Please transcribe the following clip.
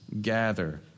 Gather